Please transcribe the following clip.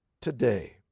today